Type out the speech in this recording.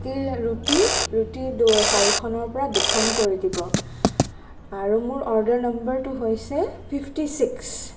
যিকি ৰুটি ৰুটি চাৰিখনৰ পৰা দুখন কৰি দিব আৰু মোৰ অৰ্ডাৰ নম্বাৰটো হৈছে ফিভটি ছিক্স